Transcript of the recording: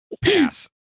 pass